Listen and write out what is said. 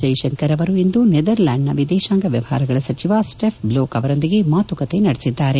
ಜೈಶಂಕರ್ ಅವರು ಇಂದು ನೆದರ್ಲ್ಕಾಂಡ್ ವಿದೇಶಾಂಗ ವ್ಯವಹಾರಗಳ ಸಚಿವ ಸ್ವೆಫ್ಜೋಕ್ ಅವರೊಂದಿಗೆ ಮಾತುಕತೆ ನಡೆಸಿದ್ದಾರೆ